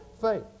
faith